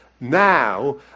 now